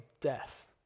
death